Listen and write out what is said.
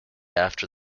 after